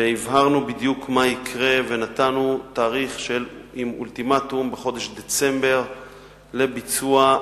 הבהרנו בדיוק מה יקרה ונתנו תאריך עם אולטימטום בחודש דצמבר לביצוע,